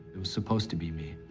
it was supposed to be me.